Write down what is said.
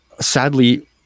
sadly